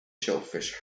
shellfish